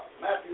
Matthew